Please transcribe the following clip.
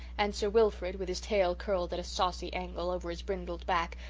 and sir wilfrid, with his tail curled at a saucy angle over his brindled back,